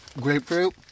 grapefruit